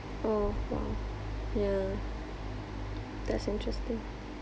oh !wow! ya that's interesting